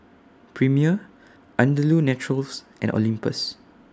Premier Andalou Naturals and Olympus